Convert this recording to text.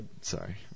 sorry